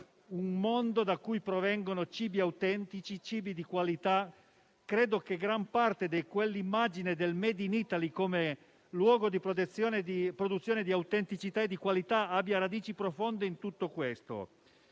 un mondo da cui provengono cibi autentici e di qualità. Credo che gran parte di quell'immagine del *made in Italy* come luogo di produzione di autenticità e qualità abbia radici profonde in tutto questo.